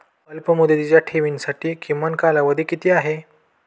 अल्पमुदतीच्या ठेवींसाठी किमान कालावधी किती आहे?